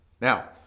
Now